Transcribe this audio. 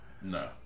No